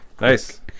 Nice